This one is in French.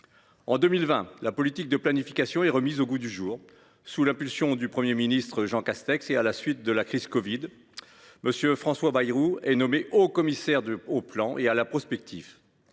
En 2020, la politique de planification est remise au goût du jour. Sous l’impulsion du Premier ministre Jean Castex à la suite de la crise du covid 19, M. François Bayrou est nommé haut commissaire au plan et à la prospective